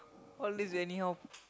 all these anyhow